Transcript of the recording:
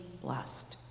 blessed